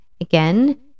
again